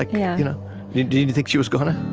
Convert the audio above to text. like yeah you know you didn't think she was gonna?